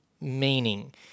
meaning